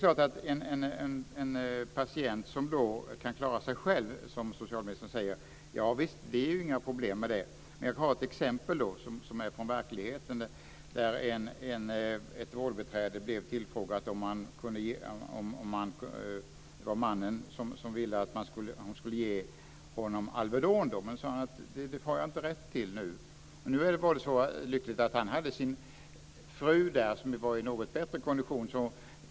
För en patient som kan klara sig själv är det, som socialministern säger, inga problem men jag kan ta ett exempel hämtat från verkligheten. Ett vårdbiträde fick frågan om hon kunde ge en man Alvedon. Hon sade då att hon inte hade rätt att göra det. Nu var det så lyckligt att den här mannen hade sin fru där och hon var i något bättre kondition.